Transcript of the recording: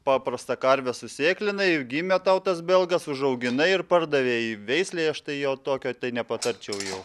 paprastą karvę susėklinai gimė tau tas belgas užauginai ir pardavei veislei aš tai jo tokio tai nepatarčiau jau